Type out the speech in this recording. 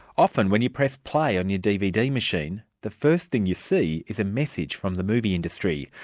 often, when you press play on your dvd machine, the first thing you see is a message from the movie industry,